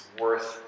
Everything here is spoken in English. worth